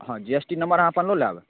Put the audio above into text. हँ G S T number अहाँ अपन लऽ लाएब